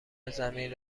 زمین